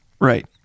Right